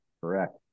Correct